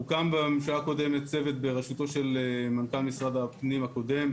הוקם בממשלה הקודמת צוות בראשותו של מנכ"ל משרד הפנים הקודם,